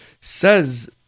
Says